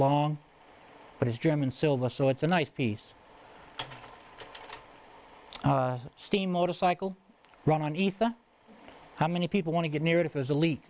long but it's german silver so it's a nice piece steam motorcycle run on ether how many people want to get near it if there's a leak